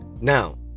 Now